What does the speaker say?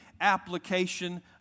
application